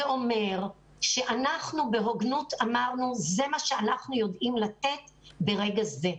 זה אומר שאנחנו אמרנו בהוגנות שזה מה שאנחנו יודעים לתת ברגע זה,